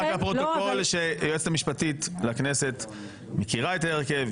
לפרוטוקול שהיועצת המשפטית לכנסת מכירה את ההרכב,